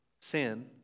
sin